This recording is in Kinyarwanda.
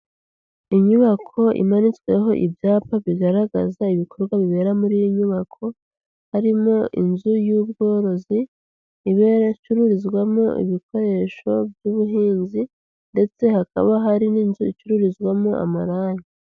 Inyubako imanitsweho ibyapa bigaragaza ibikorwa bibera muri iyo nyubako, harimo inzu y'ubworozi icururizwamo ibikoresho by'ubuhinzi ndetse hakaba hari n'inzu icururizwamo amarangi.